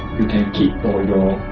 you can keep for your